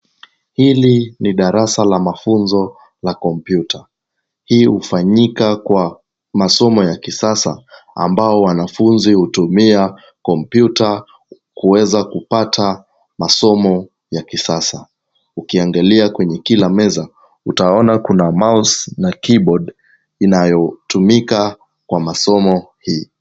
Hili ni darasa la mafunzo la kompyuta. Hii hufanyika kwa masomo ya kisasa ambao wanafunzi hutumia kompyuta kuweza kupata masomo ya kisasa. Ukiangalia kwenye kila meza utaona kuna mouse na keyboard inayotumika kwa masomo hii.